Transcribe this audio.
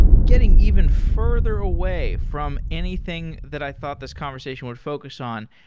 getting even further away from anything that i thought this conversation would focus on,